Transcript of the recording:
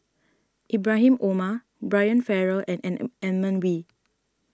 Ibrahim Omar Brian Farrell and Edmund Wee